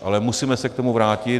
Ale musíme se k tomu vrátit.